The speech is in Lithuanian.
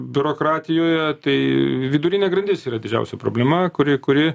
biurokratijoje tai vidurinė grandis yra didžiausia problema kuri kuri